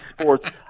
sports